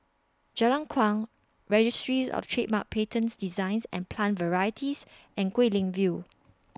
Jalan Kuang Registries of Trademarks Patents Designs and Plant Varieties and Guilin View